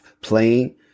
playing